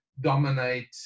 dominate